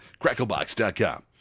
cracklebox.com